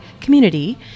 community